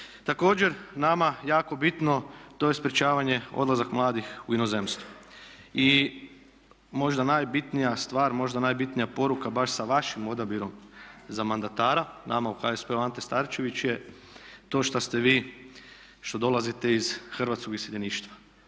Također nama jako bitno to je sprječavanje odlazak mladih u inozemstvo. I možda najbitnija stvar, možda najbitnija poruka baš sa vašim odabirom za mandatara nama u HSP-u Ante Starčević je to što ste vi, što dolazite iz hrvatskog iseljeništva.